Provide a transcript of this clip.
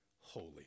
holy